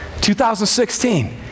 2016